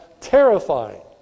terrifying